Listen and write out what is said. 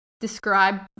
describe